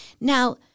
Now